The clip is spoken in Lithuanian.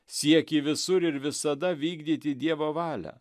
siekį visur ir visada vykdyti dievo valią